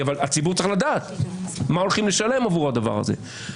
אבל הציבור צריך לדעת מה הולכים לשלם עבור הדבר הזה.